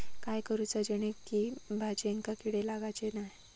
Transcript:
काय करूचा जेणेकी भाजायेंका किडे लागाचे नाय?